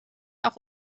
auch